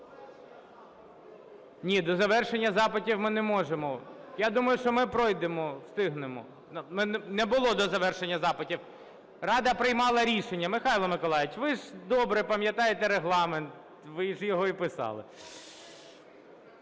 Ні, до завершення запитів ми не можемо. Я думаю, що ми пройдемо, встигнемо. Не було до завершення запитів. Рада приймала рішення. Михайло Миколайович, ви ж добре пам'ятаєте Регламент, ви ж його і писали.